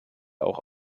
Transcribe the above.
auch